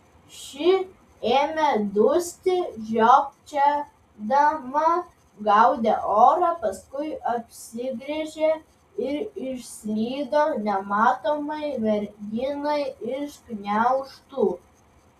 ši ėmė dusti žiopčiodama gaudė orą paskui apsigręžė ir išslydo nematomai merginai iš gniaužtų